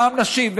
פעם נשים,